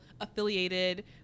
affiliated